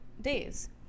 days